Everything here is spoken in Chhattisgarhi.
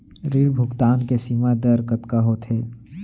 ऋण भुगतान के सीमा दर कतका होथे?